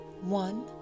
one